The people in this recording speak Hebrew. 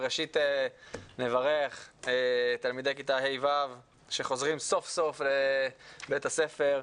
ראשית נברך את תלמידי כיתות ה' ו-ו' שחוזרים סוף סוף לבית הספר.